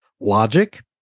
logic